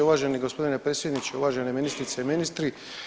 Uvaženi gospodine predsjedniče, uvažene ministrice i ministri.